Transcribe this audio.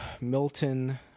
Milton